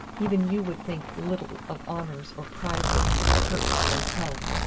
even you would think little of honors or prizes if it hurt the boy's health.